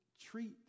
treat